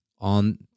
on